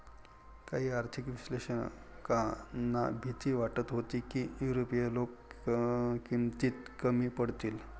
काही आर्थिक विश्लेषकांना भीती वाटत होती की युरोपीय लोक किमतीत कमी पडतील